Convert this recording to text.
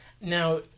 Now